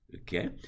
Okay